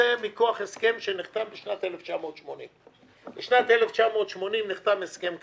זה מכוח הסכם שנחתם בשנת 1980. בשנת 1980 נחתם הסכם כזה,